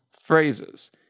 phrases